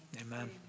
Amen